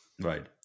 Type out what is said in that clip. Right